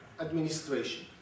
administration